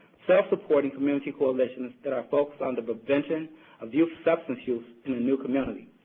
self-supporting community coalitions that are focused on the prevention of youth substance use in the new community.